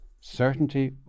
Certainty